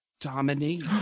Dominique